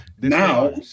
Now